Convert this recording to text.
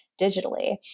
digitally